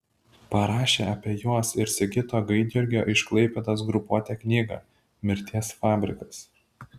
parašė apie juos ir sigito gaidjurgio iš klaipėdos grupuotę knygą mirties fabrikas